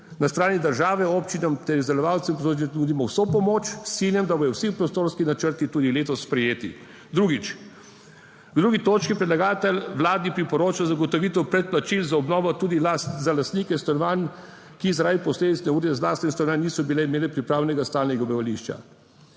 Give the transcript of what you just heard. Na strani države, občinam ter izdelovalcem nudimo vso pomoč, s ciljem, da bodo vsi prostorski načrti tudi letos sprejeti. Drugič. V 2. točki predlagatelj Vladi priporoča zagotovitev predplačil za obnovo tudi za lastnike stanovanj, ki zaradi posledic neurja iz lastnih stanovanj niso bile imeli pripravljenega stalnega bivališča.